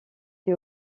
été